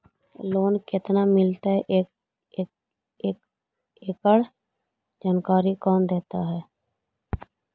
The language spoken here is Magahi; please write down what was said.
लोन केत्ना मिलतई एकड़ जानकारी कौन देता है?